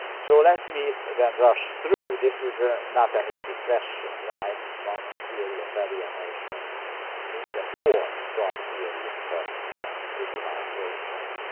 so let me then rush through. this is ah not an easy question right marx's theory of alienation nietzsche's or freud's theory of um civilization.